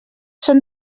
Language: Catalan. són